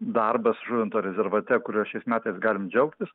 darbas žuvinto rezervate kuriuo šiais metais galim džiaugtis